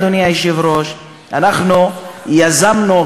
אדוני היושב-ראש אנחנו יזמנו,